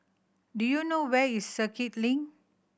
do you know where is Circuit Link